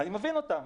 אני מבין אותם,